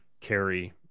carry